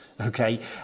okay